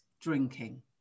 drinking